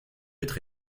être